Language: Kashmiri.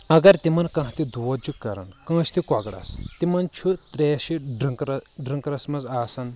اگر تِمن کانٛہہ تہِ دود چھُ کران کٲنٛسہِ تہِ کۄکرَس تِمن چھُ تریٚشہِ ڈرنکرٕ ڈرنکرس منٛز آسان